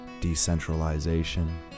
decentralization